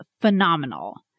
phenomenal